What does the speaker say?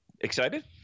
Excited